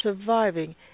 surviving